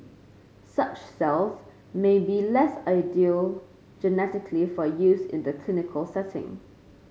such cells may be less ideal genetically for use in the clinical setting